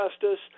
justice